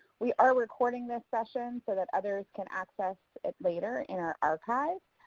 we are recording this session so that others can access it later in our archives,